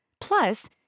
Plus